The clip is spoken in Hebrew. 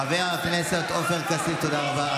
חבר הכנסת עופר כסיף, תודה רבה.